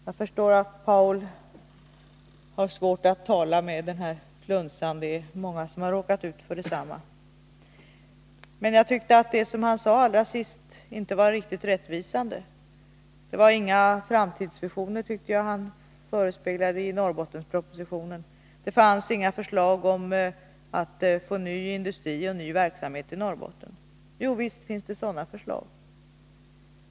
Jag förstår att Paul Lestander har svårt att tala, eftersom han har influensa. Det är många som har råkat ut för detsamma. Jag tycker att det som han sade allra sist inte var riktigt rättvisande. Det var inga framtidsvisioner i Norrbottenspropositionen, tyckte jag han sade; det fanns inga förslag om att få ny industri och ny verksamhet till Norrbotten. Jo, visst finns det sådana förslag.